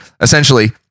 essentially